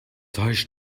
heißt